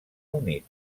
unit